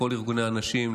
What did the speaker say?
לכל ארגוני הנשים,